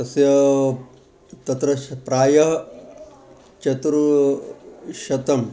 तस्य तत्र प्रायः चतुःशतम्